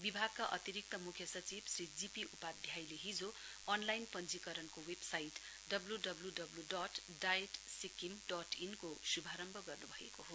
विभागका अतिरिक्त मुख्य सचिव श्री जीपी उपाध्यायले हिजो अनलाइन पञ्जीकरणको वेभसाइड डब्लुडब्लुडब्लुडट डाइट सिक्किम इन को शुभारम्भ गर्नु भएको हो